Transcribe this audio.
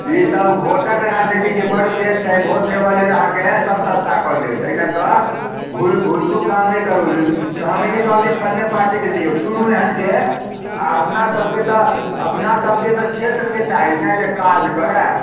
ई सब भोटक राजनीति छै बड तेज छै भोट लेबऽ लेल अहाँकेँ सब सस्ता कऽ देत एहि लऽ कऽ भूल भूल चूक काम नहि करू हम ई नहि कहब जे फलने पार्टीके दिऔ चूनू एहनके आ अपना सबकेँ तऽ अपना सबकेँ तऽ क्षेत्रकेँ चाही ने जे काज करे